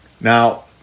Now